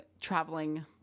traveling